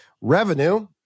revenue